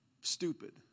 stupid